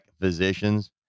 physicians